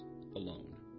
alone